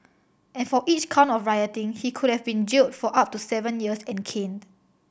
and for each count of rioting he could have been jailed for up to seven years and caned